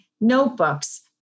notebooks